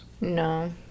No